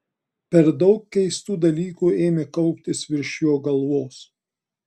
per daug keistų dalykų ėmė kauptis virš jo galvos